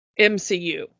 MCU